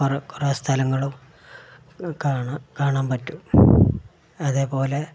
കുറേ കുറേ സ്ഥലങ്ങളും കാണാം കാണാം പറ്റും അതേപോലെ